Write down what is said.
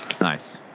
Nice